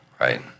Right